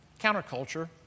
counterculture